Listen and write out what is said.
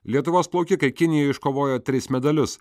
lietuvos plaukikai kinijoje iškovojo tris medalius